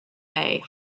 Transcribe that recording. bay